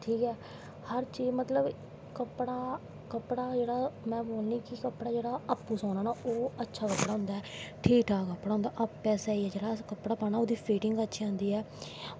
हर चीज़ मतलव कपड़ा कपड़ा जेह्ड़ा में बोलनीं ना जेह्ड़ा अपनां स्यानां ना ओह् अच्छा कपड़ा होंदा ऐ ठीक ठीकक कपड़ा होंदा ऐ अपनैं आप जेह्ड़ा अस कपड़ा पाना ओह्दी फिटिंग अच्छी आंदी ऐ